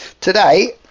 Today